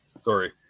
Sorry